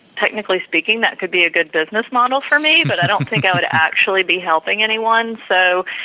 technically speaking that could be a good business model for me, but i don't think i would actually be helping anyone. so,